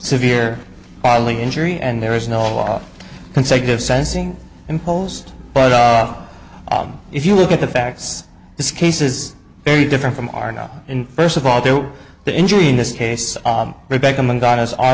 severe bodily injury and there is no law consecutive sensing imposed but if you look at the facts this case is very different from our not in first of all do the injury in this case rebecca